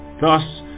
thus